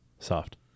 Soft